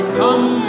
come